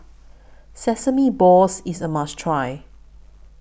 Sesame Balls IS A must Try